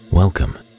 Welcome